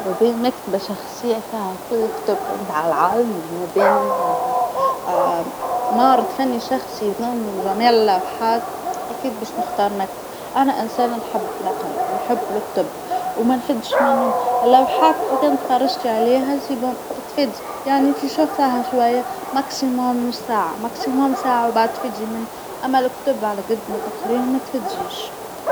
ما بين مكتبه شخصيه فاها كل الكتب متاع العالم وما بين معرض فني شخصي يضم جميع اللوحات، أكيد باش نختار مكتبه، أنا إنسانه نحب نقرا ونحب الكتب، وما نفدش منهم، اللوحات كان تفرجت عليها خلاص، تتفد، يعني على الأكثر نص ساعه، على الأكثر ساعه وبعد تفدي منهم، أما الكتب على قد ما تقراهم ماتفديش.